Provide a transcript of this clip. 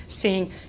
seeing